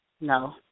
No